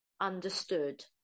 understood